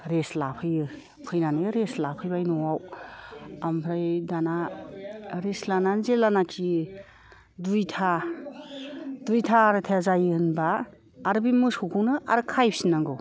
rest लाफैयो फैनानै rest लाफैबाय न'आव आमफ्राय दाना रेस्ट लानानै जेब्लानाखि दुइथा दुइथा आरायथा जायो होनबा आरो बे मोसौखौनो आरो खाहैफिननांगौ